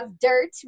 dirt